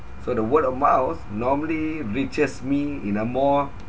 so the word of mouth normally reaches me in a more